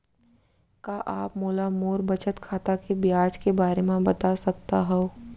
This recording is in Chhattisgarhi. का आप मोला मोर बचत खाता के ब्याज के बारे म बता सकता हव?